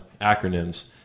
acronyms